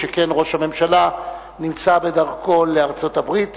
שכן ראש הממשלה נמצא בדרכו לארצות-הברית,